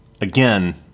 Again